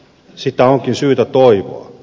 sitä onkin syytä toivoa